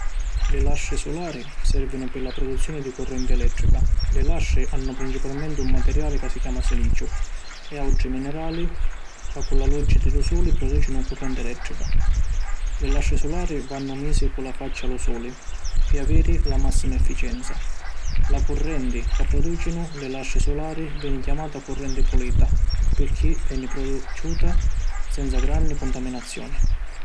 Li lastri sulari servinu pi la produzioni di currenti elettrica. Li lastri hannu principalmenti un materiali ca si chiama Siliciu e autri minerali ca cu la luci di lu suli producinu currenti elettrica. Li lastri sulari vannu misi cu la facci a lu suli pi aviri la massima efficienza. La currenti ca producinu li lastri sulari veni chiamata currenti pulita pirchì veni produciuta senza granni cuntaminazioni.